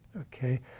okay